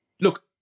Look